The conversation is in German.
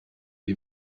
dir